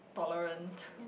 tolerant